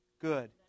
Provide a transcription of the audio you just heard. good